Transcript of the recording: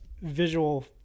visual